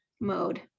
mode